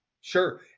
Sure